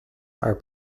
are